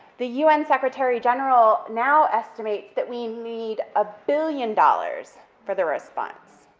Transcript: the un secretary general now estimates that we need a billion dollars for the response.